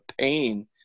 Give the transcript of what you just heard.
pain